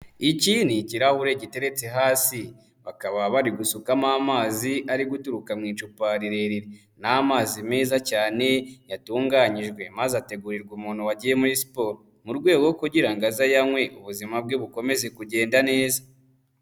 Iki ni ikirahure giteretse hasi, bakaba bari gusukamo amazi ari guturuka mu icupa rirerire, ni amazi meza cyane yatunganyijwe, amazi ategurirwa umuntu wagiye muri siporo, mu rwego kugira ngo aza ayanywe ubuzima bwe bukomeze kugenda neza.